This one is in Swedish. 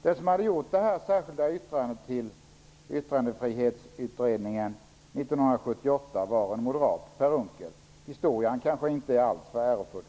Den som hade fogat detta särskilda yttrande till Yttrandefrihetsutredningens betänkande 1978 var en moderat, Per Unckel. Historien är kanske inte alltför ärofull.